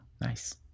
Nice